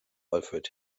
alfred